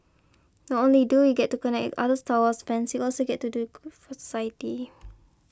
not only do we get to connect other Star Wars fans we also get to do good for society